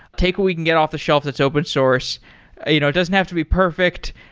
take what we can get off the shelf that's open source. you know it doesn't have to be perfect.